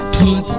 put